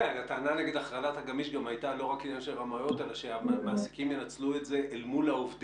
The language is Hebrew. היום מעסיקים ירצו למלא ברגע שיפתחו